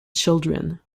children